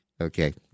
Okay